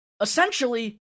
essentially